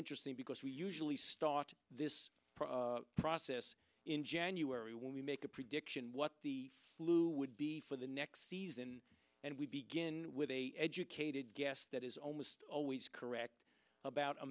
interesting because we usually start this process in january when we make a prediction what the flu would be for the next season and we begin with a educated guess that is almost always correct about